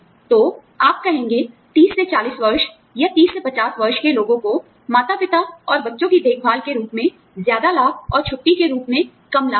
तो आप कहेंगे 30 से 40 वर्ष या 30 से 50 वर्ष के लोगों को माता पिता और बच्चे की देखभाल के रूप में ज्यादा लाभ और छुट्टी के रूप में कम लाभ मिलेगा